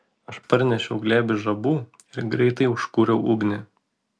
aš parnešiau glėbį žabų ir greitai užkūriau ugnį